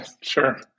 Sure